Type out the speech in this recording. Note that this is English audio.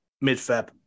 mid-Feb